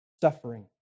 suffering